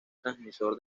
transmisor